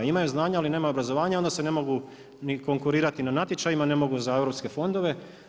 Imaju znanja, ali nemaju obrazovanje, onda se ne mogu ni konkurirati na natječajima, ne mogu za Europske fondove.